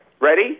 Ready